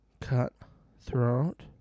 Cutthroat